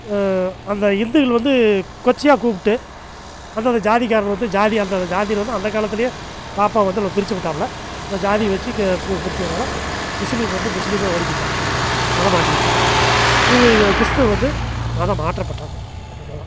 அந்த இந்துகள் வந்து கொச்சையாக கூப்பிட்டு அந்த ஜாதிக்காரன் வந்து ஜாதி ஜாதியில வந்து அந்த காலத்திலயே பாப்பா வந்து பிரிச்சு விட்டாப்பில அந்த ஜாதி வச்சு பிரிச்சதனால முஸ்லீம் வந்து முஸ்லீமாக ஓடி போயிட்டான் மதம் மாற்றிக்கிட்டோம் இவன் கிறிஸ்தவன் வந்து மதம் மாற்றப்பட்டான் இவ்வளோ தான்